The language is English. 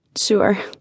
sure